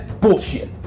bullshit